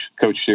Coach